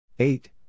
eight